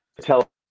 tell